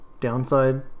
downside